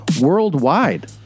worldwide